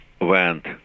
went